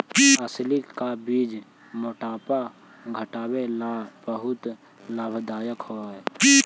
अलसी का बीज मोटापा घटावे ला बहुत लाभदायक हई